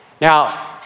Now